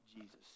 Jesus